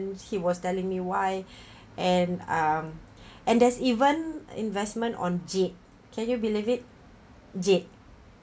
then he was telling me why and um and there's even investment on jade can you believe it jade